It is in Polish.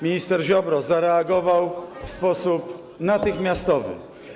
Minister Ziobro zareagował w sposób natychmiastowy.